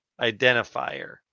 identifier